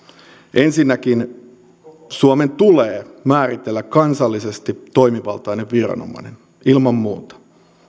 ensinnäkin suomen tulee määritellä kansallisesti toimivaltainen viranomainen ilman muuta